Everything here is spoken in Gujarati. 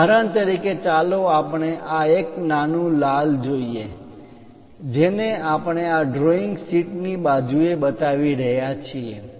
ઉદાહરણ તરીકે ચાલો આપણે આ એક નાનું લાલ જોઈએ જેને આપણે આ ડ્રોઈંગ શીટ ની બાજુએ બતાવી રહ્યા છીએ